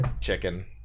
chicken